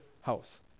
house